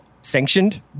sanctioned